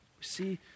See